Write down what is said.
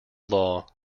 law